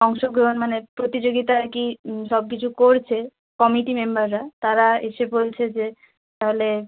অংশগ্রহণ মানে প্রতিযোগিতা আর কি সবকিছু করছে কমিটি মেম্বাররা তারা এসে বলছে যে তাহলে